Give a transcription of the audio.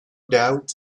doubt